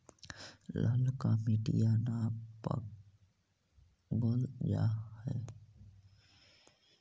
ललका मिटीया न पाबल जा है?